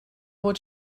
what